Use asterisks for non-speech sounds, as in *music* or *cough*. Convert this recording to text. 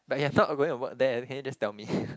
but you're not going to work there can you just tell me *laughs*